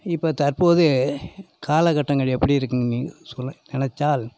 இப்போ தற்போது காலக்கட்டங்கள் எப்படி இருக்குன்னு சொல்ல நினச்சால்